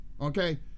Okay